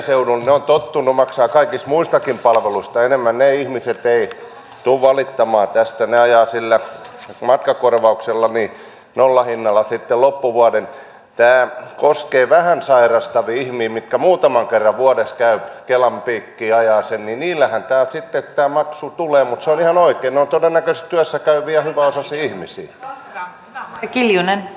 se on tottunu maksaa kaikista muistakin palvelusta enemmän ne ihmiset ei tuu valittamaan jos venäjää sillä matkakorvauksellani nollahinnalla sitten loppuvuoden jää koskee vähän sairastavia mimiikka muutaman kerran vuodessa ja kelan piikki on se niin niillähän täytti könttämaksu tulee todella iso summa niillekin perheille joissa molemmat vanhemmat käyvät työssä